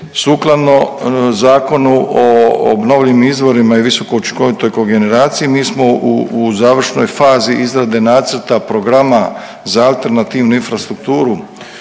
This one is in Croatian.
sukladno Zakonu o obnovljivim izvorima i visoko učinkovitoj kogeneraciji mi smo u završnoj fazi izrade nacrta programa za alternativnu infrastrukturu